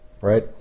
right